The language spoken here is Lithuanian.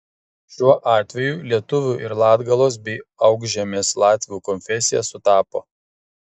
šiuo atveju lietuvių ir latgalos bei aukšžemės latvių konfesija sutapo